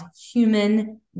human